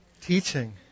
Teaching